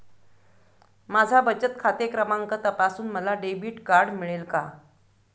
माझा बचत खाते क्रमांक तपासून मला डेबिट कार्ड मिळेल का?